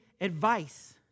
advice